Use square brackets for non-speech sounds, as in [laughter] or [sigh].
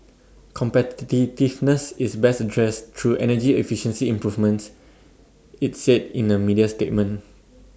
[unintelligible] is best addressed through energy efficiency improvements IT said in A media statement